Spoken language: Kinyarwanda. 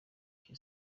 cya